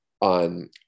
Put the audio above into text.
on